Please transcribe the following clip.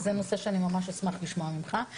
זה נושא שאני ממש אשמח לשמוע ממך.